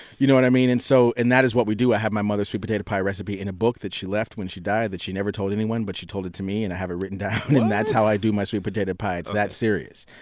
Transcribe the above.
you know what i mean? and so and that is what we do. i have my mother's sweet potato pie recipe in a book that she left when she died that she never told anyone, but she told it to me, and i have it written down. and that's how i do my sweet potato pie. it's that serious.